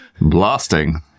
Blasting